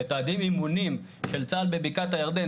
הם מתעדים אימונים של צה"ל בבקעת הירדן.